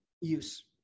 use